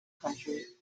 country